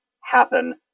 happen